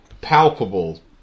palpable